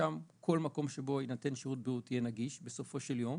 ששם בכל מקום שבו יינתן שירות בריאותי שהוא יהיה נגיש בסופו של יום,